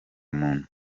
muntu